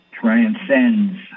transcends